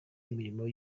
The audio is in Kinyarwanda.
imirimo